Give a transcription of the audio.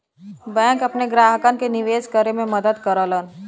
bank अपने ग्राहकन के निवेश करे में मदद करलन